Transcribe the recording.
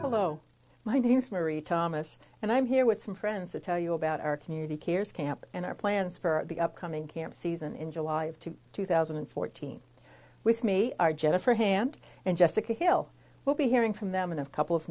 my name's marie thomas and i'm here with some friends to tell you about our community cares camp and our plans for the upcoming camp season in july to two thousand and fourteen with me are jennifer hand and jessica hill we'll be hearing from them in a couple of